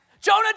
Jonah